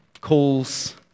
calls